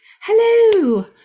Hello